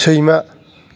सैमा